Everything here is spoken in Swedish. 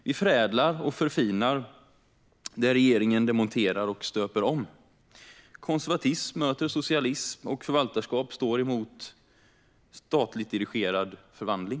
Vi förädlar och förfinar där regeringen demonterar och stöper om. Konservatism möter socialism, och förvaltarskap står emot statligt dirigerad förvandling.